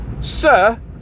Sir